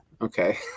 okay